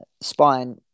spine